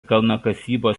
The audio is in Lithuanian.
kalnakasybos